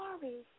sorry